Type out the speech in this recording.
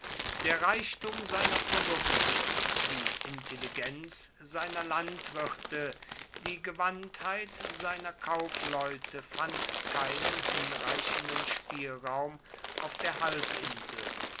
der reichtum seiner produkte die intelligenz seiner landwirte die gewandtheit seiner kaufleute fand keinen hinreichenden spielraum auf der halbinsel